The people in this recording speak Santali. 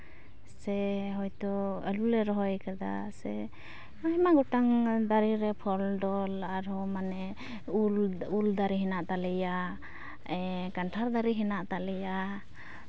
ᱥᱮ ᱦᱳᱭᱛᱳ ᱟᱞᱩ ᱞᱮ ᱨᱚᱦᱚᱭ ᱠᱟᱫᱟ ᱥᱮ ᱟᱭᱢᱟ ᱜᱚᱴᱟᱝ ᱫᱟᱨᱮ ᱨᱮ ᱯᱷᱚᱞᱼᱰᱚᱞ ᱟᱨᱦᱚᱸ ᱢᱟᱱᱮ ᱩᱞ ᱩᱞ ᱫᱟᱨᱮ ᱦᱮᱱᱟᱜ ᱛᱟᱞᱮᱭᱟ ᱠᱟᱱᱴᱷᱟᱲ ᱫᱟᱨᱮ ᱦᱮᱱᱟᱜ ᱛᱟᱞᱮᱭᱟ